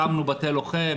הקמנו בתי לוחם,